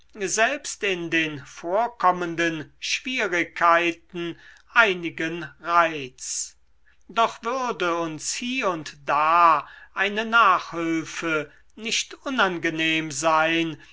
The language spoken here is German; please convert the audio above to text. selbst in den vorkommenden schwierigkeiten einigen reiz doch würde uns hie und da eine nachhülfe nicht unangenehm sein